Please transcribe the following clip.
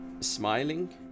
Smiling